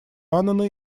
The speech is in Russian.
аннана